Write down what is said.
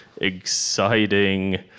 exciting